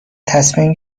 تصمیم